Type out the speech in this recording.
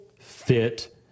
fit